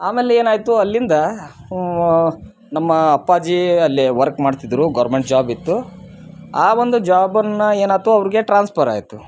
ಆಮೇಲೆ ಏನಾಯಿತು ಅಲ್ಲಿಂದ ನಮ್ಮ ಅಪ್ಪಾಜಿ ಅಲ್ಲಿ ವರ್ಕ್ ಮಾಡ್ತಿದ್ದರು ಗೋರ್ಮೆಂಟ್ ಜಾಬ್ ಇತ್ತು ಆ ಒಂದು ಜಾಬನ್ನು ಏನಾಯ್ತು ಅವರಿಗೆ ಟ್ರಾನ್ಸ್ಫರ್ ಆಯಿತು